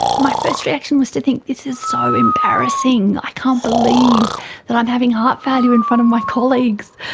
my first reaction was to think this is so embarrassing, i can't believe that i'm having heart failure in front of my colleagues.